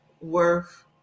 worth